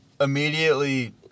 immediately